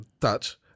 touch